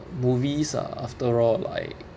movies are after all like